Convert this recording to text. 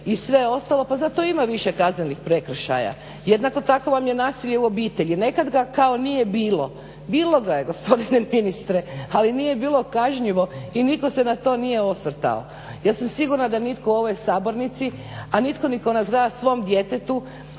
i sve ostalo. Pa zato ima više kaznenih prekršaja, jednako tako vam je nasilje u obitelji. Nekad ga kao nikad nije bilo, bilo ga je gospodine ministre, ali nije bilo kažnjivo i nitko se na to nije osvrtao. Ja sam sigurna da nitko u ovoj sabornici, a nitko tko nas ni gleda svom djetetu